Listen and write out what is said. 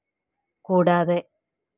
കൂടാതെ